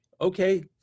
okay